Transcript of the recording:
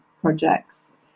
projects